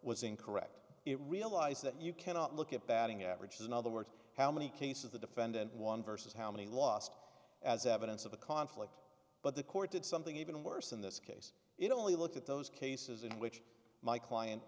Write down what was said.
was incorrect it realize that you cannot look at batting averages in other words how many cases the defendant one versus how many lost as evidence of a conflict but the court did something even worse in this case it only looked at those cases in which my client